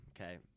okay